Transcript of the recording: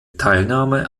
teilnahme